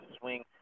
swing